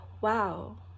Wow